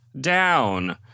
down